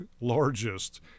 largest